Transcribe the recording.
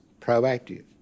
proactive